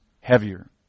heavier